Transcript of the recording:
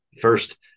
First